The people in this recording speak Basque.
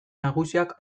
nagusiak